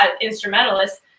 instrumentalists